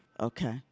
Okay